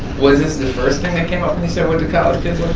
was this the first thing that came up when you say i went to college,